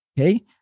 Okay